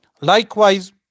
Likewise